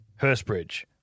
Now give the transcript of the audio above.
Hurstbridge